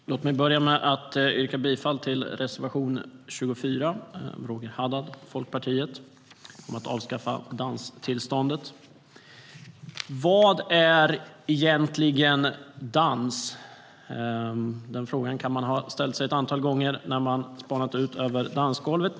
Herr talman! Låt mig börja med att yrka bifall till reservation 24 av Roger Haddad, Folkpartiet, om att avskaffa danstillståndet. Vad är egentligen dans? Den frågan kan man ha ställt sig ett antal gånger när man har spanat ut över dansgolvet.